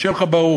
שיהיה לך ברור,